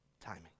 timing